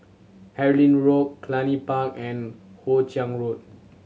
Harlyn Road Cluny Park and Hoe Chiang Road